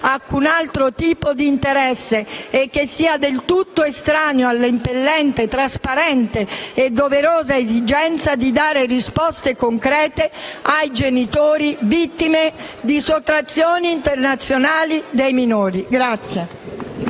alcun altro tipo di interesse che sia del tutto estraneo alla impellente, trasparente e doverosa esigenza di dare risposte concrete ai genitori vittime di sottrazioni internazionali di minori.